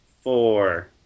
four